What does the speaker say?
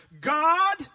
God